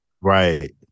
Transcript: right